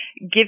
give